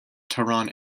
tehran